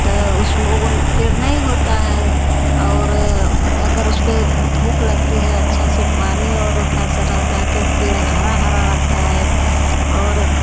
त उसमें वो पेड़ नहीं होता है और अगर उस पर धूप लगती है अच्छा से पानी और उधर सूरज रहता है तो पेड़ हरा हरा रहता है और